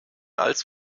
als